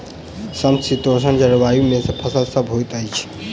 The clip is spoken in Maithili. समशीतोष्ण जलवायु मे केँ फसल सब होइत अछि?